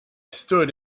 stood